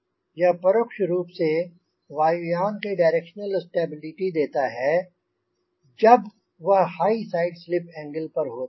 यह परोक्ष रूप से वायुयान को डायरेक्शनल स्टेबिलिटी देता है जब वह हाई साइड स्लिप एंगल पर होता है